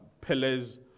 pillars